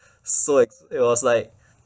so it's it was like